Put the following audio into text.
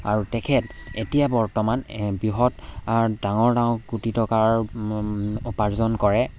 আৰু তেখেত এতিয়া বৰ্তমান বৃহৎ ডাঙৰ ডাঙৰ কোটি টকাৰ উপাৰ্জন কৰে